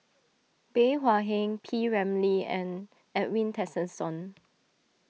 Bey Hua Heng P Ramlee and Edwin Tessensohn